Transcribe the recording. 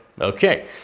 Okay